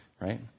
Right